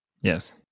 Yes